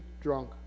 drunk